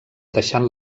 deixant